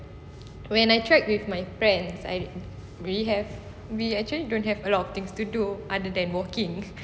when I trek with my friends I we have we actually don't have a lot of things to do other than walking